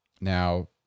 now